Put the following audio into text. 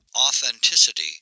authenticity